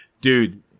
Dude